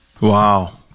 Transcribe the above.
Wow